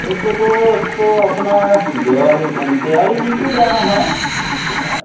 সেইটোতো তো আপোনাৰ দেৱালী দেৱালী দিনটোও বেয়া নহয়